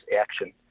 action